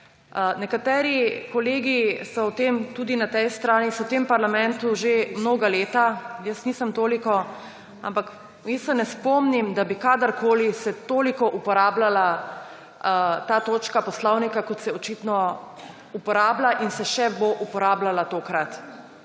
Nekateri kolegi tudi na tej strani so v tem parlamentu že mnoga leta. Jaz nisem toliko, ampak jaz se ne spomnim, da bi kadarkoli se toliko uporabljala ta točka poslovnika, kot se očitno uporablja in se še bo uporabljala tokrat.